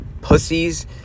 pussies